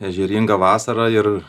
ežeringa vasara ir